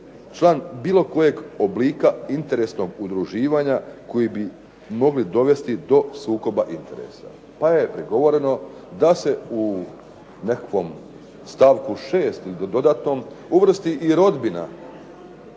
član bilo kojeg oblika interesnog udruživanja koji bi mogli dovesti do sukoba interesa. Pa je prigovoreno da se u nekakvom stavku 6 i to dodatnom uvrsti i rodbina